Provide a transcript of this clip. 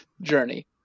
journey